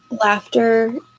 laughter